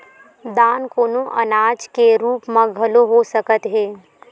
दान कोनो अनाज के रुप म घलो हो सकत हे